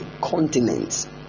continents